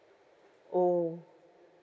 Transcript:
oh